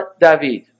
David